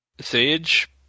Sage